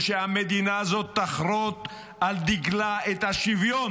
ושהמדינה הזאת תחרות על דגלה את השוויון,